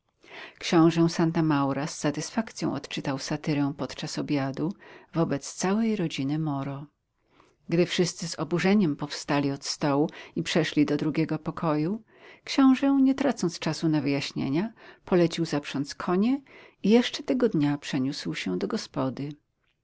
książę santa maura z satysfakcją odczytał satyrę podczas obiadu wobec całej rodziny moro gdy wszyscy z oburzeniem powstali od stołu i przeszli do drugiego pokoju książę nie tracąc czasu na wyjaśnienia polecił zaprząc konie i jeszcze tego dnia przeniósł się do gospody